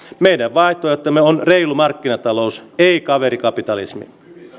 meidän vaihtoehtomme on reilu markkinatalous ei kaverikapitalismi